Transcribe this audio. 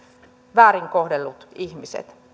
väärin kohdellut ihmiset